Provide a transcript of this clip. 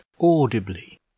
audibly